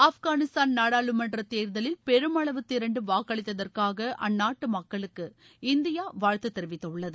ஆஃப்கானிஸ்தான் நாடாளுமன்றத் தேர்தலில் பெருமளவு திரண்டு வாக்களித்ததற்காக அற்நாட்டு மக்களுக்கு இந்தியா வாழ்த்து தெரிவித்துள்ளது